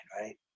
right